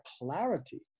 clarity